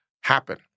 happen